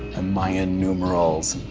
mayan numerals,